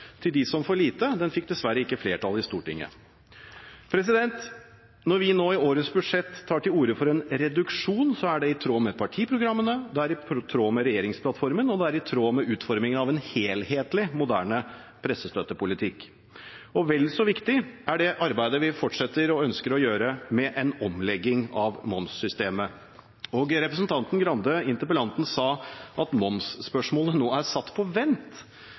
til dem som får lite, fikk dessverre ikke flertall i Stortinget. Når vi nå i årets budsjett tar til orde for en reduksjon, er det i tråd med partiprogrammene, regjeringsplattformen og med utformingen av en helhetlig moderne pressestøttepolitikk. Vel så viktig er det arbeidet vi fortsetter og ønsker å gjøre med en omlegging av momssystemet. Representanten Grande, interpellanten, sa at momsspørsmålet nå er satt på vent.